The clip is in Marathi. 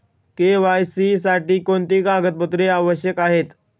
के.वाय.सी साठी कोणती कागदपत्रे आवश्यक आहेत?